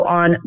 on